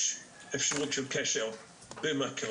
יש אפשרות של קשר בפיקוח,